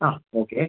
ആ ഓക്കെ